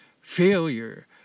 failure